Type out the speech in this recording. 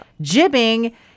Jibbing